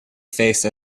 face